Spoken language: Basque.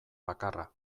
bakarra